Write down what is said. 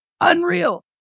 unreal